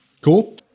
Cool